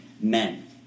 men